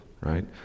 right